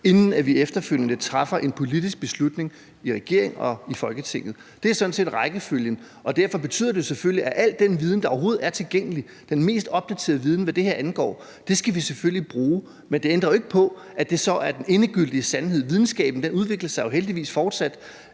inden vi efterfølgende træffer en politisk beslutning i regeringen og i Folketinget. Det er sådan set rækkefølgen. Det betyder selvfølgelig, at vi skal bruge al den viden, der overhovedet er tilgængelig, altså den mest opdaterede viden, hvad det her angår. Men det betyder ikke, at det så er den endegyldige sandhed. Videnskaben udvikler sig heldigvis fortsat.